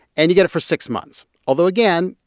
and you get it for six months. although, again,